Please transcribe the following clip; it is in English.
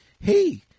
hey